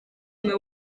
umwe